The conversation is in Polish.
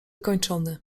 kończony